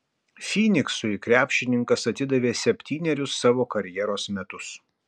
fyniksui krepšininkas atidavė septynerius savo karjeros metus